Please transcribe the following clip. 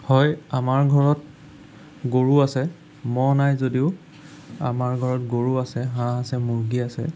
হয় আমাৰ ঘৰত গৰু আছে ম'হ নাই যদিও আমাৰ ঘৰত গৰু আছে হাঁহ আছে মূৰ্গী আছে